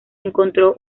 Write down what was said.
encontró